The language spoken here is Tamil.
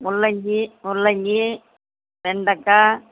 முள்ளங்கி முள்ளங்கி வெண்டக்காய்